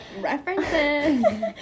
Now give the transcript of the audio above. References